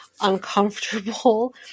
uncomfortable